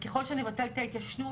וככל שנבטל את ההתיישנות,